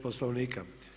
Poslovnika.